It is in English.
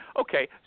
Okay